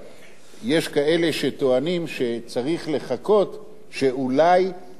יש כאלה שטוענים שצריך לחכות שאולי הורי